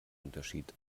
unterschied